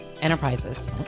Enterprises